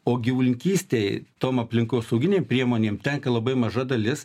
o gyvulininkystei tom aplinkosauginėm priemonėm tenka labai maža dalis